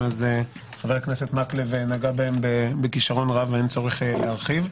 חבר הכנסת מקלב נגע בהן בכישרון רב ואין צורך להרחיב.